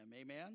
Amen